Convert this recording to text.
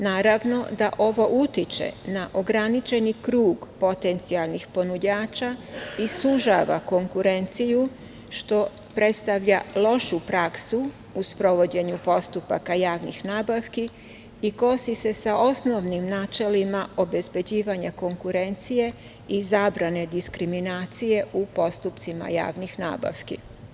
Naravno da ovo utiče na ograničeni krug potencijalnih ponuđača i sužava konkurenciju, što predstavlja lošu praksu u sprovođenju postupaka javnih nabavki i kosi se sa osnovnim načelima obezbeđivanja konkurencije i zabrane diskriminacije u postupcima javnih nabavki.